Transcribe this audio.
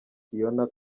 phionah